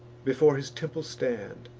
before his temple stand